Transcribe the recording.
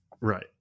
Right